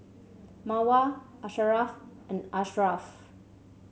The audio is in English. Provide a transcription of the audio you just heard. Mawar Asharaff and Ashraff